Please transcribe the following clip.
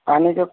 पानीके